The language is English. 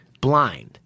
blind